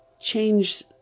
change